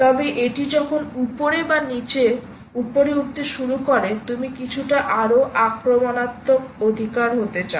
তবে এটি যখন উপরে বা নীচে উপরে উঠতে শুরু করে তুমি কিছুটা আরও আক্রমণাত্মক অধিকার হতে চাও